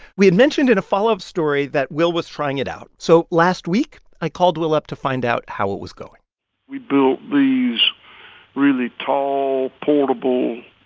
we had mentioned in a follow-up story that will was trying it out. so last week, i called will up to find out how it was going we built these really tall, portable